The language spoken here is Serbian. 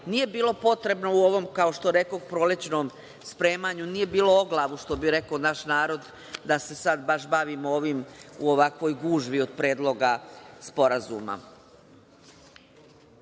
nije bilo potrebno u ovom prolećnom spremanju, nije bilo oglavu što bi rekao naš narod, da se sad bavimo ovim u ovakvoj gužvi od predloga sporazuma. Da